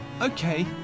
Okay